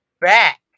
back